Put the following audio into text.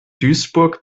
duisburg